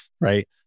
right